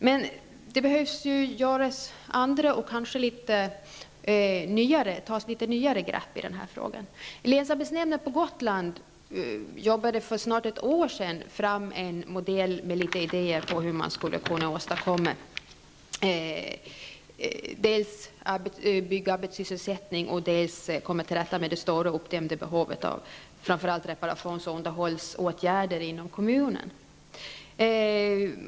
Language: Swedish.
Men det behöver tas andra och litet nyare grepp i den här frågan. Länsarbetsnämnden på Gotland arbetade för snart ett år sedan fram en modell och hade idéer om hur man skulle kunna åstadkomma sysselsättning för byggnadsarbetare och komma till rätta med det stora uppdämda behovet av framför allt reparations och underhållsåtgärder inom kommunen.